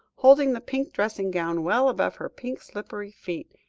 holding the pink dressing-gown well above her pink slippered feet,